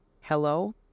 hello